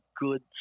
good